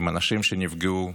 עם אנשים שנפגעו,